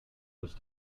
was